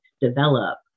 develop